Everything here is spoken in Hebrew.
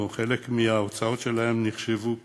או חלק מההוצאות שלהן נחשבו כהכנסה,